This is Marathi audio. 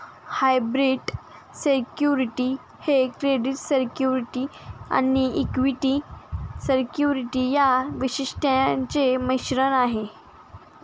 हायब्रीड सिक्युरिटी ही क्रेडिट सिक्युरिटी आणि इक्विटी सिक्युरिटी या वैशिष्ट्यांचे मिश्रण आहे